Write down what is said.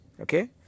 Okay